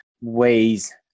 ways